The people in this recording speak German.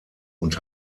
und